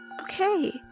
okay